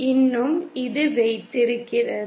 இன்னும் இது வைத்திருக்கிறது